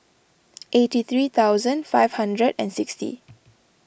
eighty three thousand five hundred and sixty